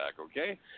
Okay